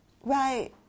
Right